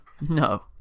no